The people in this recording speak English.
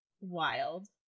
wild